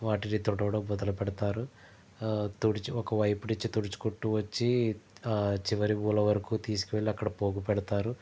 వాటిని తుడవడం మొదలుపెడతారు తుడిచి ఒక వైపునుంచి తుడుచుకుంటూ వచ్చి చివర మూలవరకు తీసుకువెళ్లి అక్కడ పోగు పెడతారు